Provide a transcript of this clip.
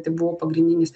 tai buvo pagrindinis